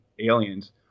Aliens